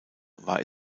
war